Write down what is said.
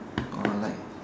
or like